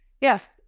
yes